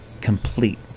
complete